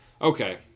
Okay